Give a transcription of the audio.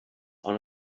are